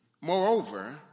Moreover